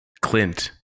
clint